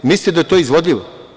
Mislite da je to izvodljivo?